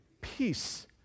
peace